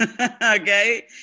okay